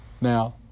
Now